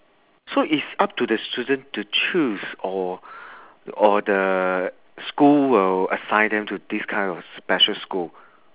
so it's up to the student to choose or or the school will assign them to this kind of special school